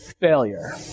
failure